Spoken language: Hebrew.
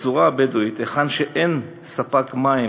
בפזורה הבדואית, היכן שאין ספק מים